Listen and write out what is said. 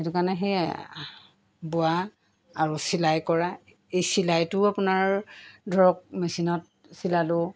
সেইটো কাৰণে সেই বোৱা আৰু চিলাই কৰা এই চিলাইটোও আপোনাৰ ধৰক মেচিনত চিলালোঁ